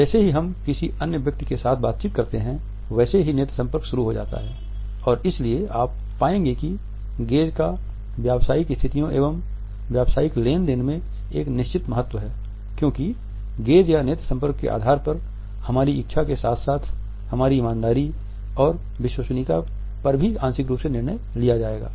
जैसे ही हम किसी अन्य व्यक्ति के साथ बातचीत करते हैं वैसे ही नेत्र संपर्क शुरू हो जाता है और इसलिए आप पाएंगे कि गेज़ का व्यावसायिक स्थितियों एवं व्यावसायिक लेन देन में एक निश्चित महत्व है क्योंकि गेज़ या नेत्र संपर्क के आधार पर हमारी इच्छा के साथ साथ हमारी ईमानदारी और विश्वसनीयता पर भी आंशिक रूप से निर्णय लिया जाएगा